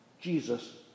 Jesus